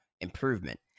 improvement